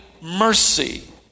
mercy